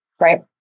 right